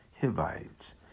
Hivites